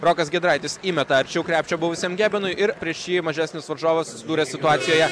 rokas giedraitis įmeta arčiau krepšio buvusiam gebenui ir prieš jį mažesnius varžovus atsidūrė situacijoje